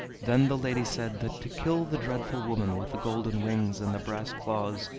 then the lady said that to kill the dreadful woman with the golden wings and the brass claws,